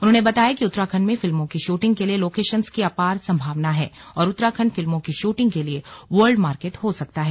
उन्होंने बताया कि उत्तराखंड में फिल्मों की शूटिंग के लिए लोकेशन्स की अपार संभावना है और उत्तराखंड फिल्मों की शूटिंग के लिए वर्ल्ड मार्केट हो सकता है